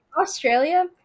Australia